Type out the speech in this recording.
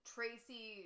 Tracy